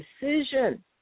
decision